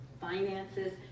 finances